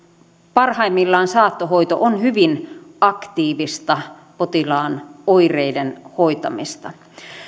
parhaimmillaan saattohoito on hyvin aktiivista potilaan oireiden hoitamista